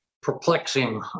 perplexing